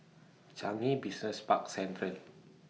Changi Business Park Central